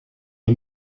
are